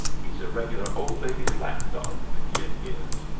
e's a regular old lady's lap-dog, the kid is.